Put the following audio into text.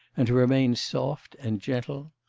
and to remain soft and gentle?